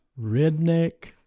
redneck